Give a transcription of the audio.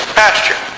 pasture